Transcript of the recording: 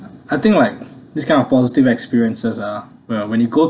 I think like this kind of positive experiences ah well when you go